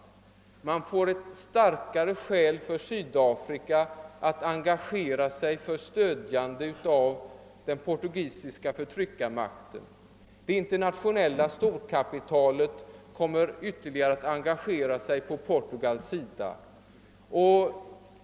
Sydafrika får ett starkare skäl att engagera sig för stöd åt den portugisiska förtryckarmakten. Det internationella storkapitalet kommer att ytterligare engagera sig på Portugals sida.